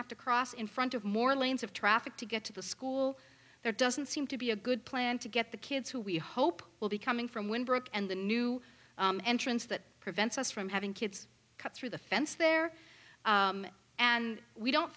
have to cross in front of more lanes of traffic to get to the school there doesn't seem to be a good plan to get the kids who we hope will be coming from when broke and the new entrance that prevents us from having kids cut through the fence there and we